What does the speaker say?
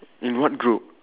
in what group